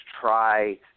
try –